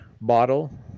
bottle